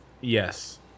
Yes